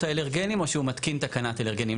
האלרגנים או שהוא מתקין תקנת אלרגנים.